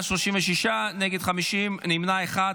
נמנע אחד.